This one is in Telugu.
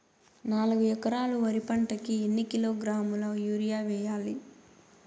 నాలుగు ఎకరాలు వరి పంటకి ఎన్ని కిలోగ్రాముల యూరియ వేయాలి?